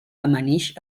amanix